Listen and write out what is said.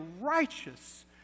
righteous